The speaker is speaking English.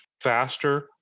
faster